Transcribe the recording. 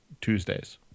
Tuesdays